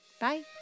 Bye